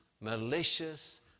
malicious